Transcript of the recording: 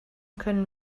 können